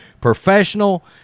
professional